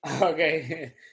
Okay